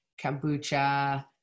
kombucha